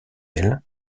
elle